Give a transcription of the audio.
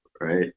right